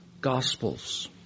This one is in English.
Gospels